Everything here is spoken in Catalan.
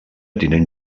tinent